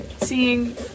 seeing